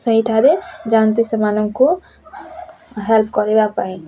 ସେଇଠାରେ ଯାଆନ୍ତି ସେମାନଙ୍କୁ ହେଲ୍ପ କରିବା ପାଇଁ